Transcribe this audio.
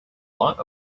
lot